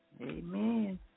Amen